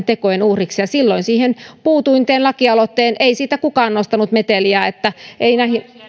tekojen uhriksi ja silloin siihen puutuin ja tein lakialoitteen ei siitä kukaan nostanut meteliä että